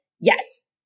yes